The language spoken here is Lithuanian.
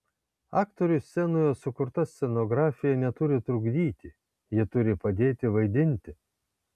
aktoriui scenoje sukurta scenografija neturi trukdyti ji turi padėti vaidinti